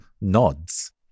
nods